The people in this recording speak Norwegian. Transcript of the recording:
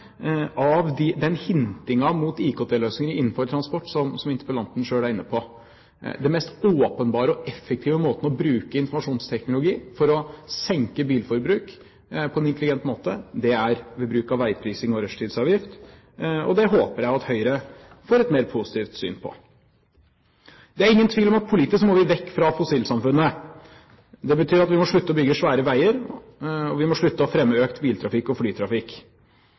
av den hintingen mot IKT-løsninger innenfor transport, som interpellanten selv er inne på. Den mest åpenbare og effektive måten å bruke informasjonsteknologi for å senke bilforbruket på en intelligent måte er ved bruk av veiprising og rushtidsavgift. Det håper jeg at Høyre får et mer positivt syn på. Det er ingen tvil om at politisk må vi vekk fra fossilsamfunnet. Det betyr at vi må slutte å bygge svære veier, og vi må slutte å fremme økt biltrafikk og flytrafikk.